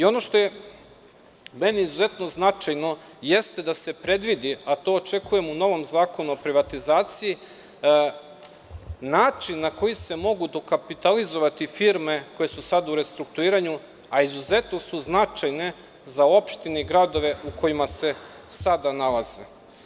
Ono što je meni izuzetno značajno, jeste da se predvidi, a to očekujem u novom zakonu o privatizaciji, način na koji se mogu dokapitalizovati firme koje su sada u restrukturiranju, a izuzetno su značajne za opštine i gradove u kojima se sada nalaze.